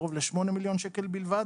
קרוב ל-8 מיליון שקל בלבד.